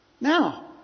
Now